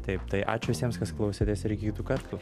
taip tai ačiū visiems kas klausėtės ir kitų kartų